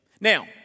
now